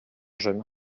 jeune